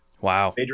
Wow